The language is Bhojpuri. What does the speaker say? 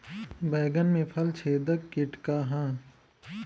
बैंगन में फल छेदक किट का ह?